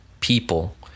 people